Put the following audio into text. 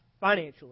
financially